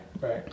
right